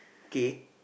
K